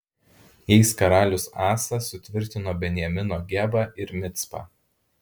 jais karalius asa sutvirtino benjamino gebą ir micpą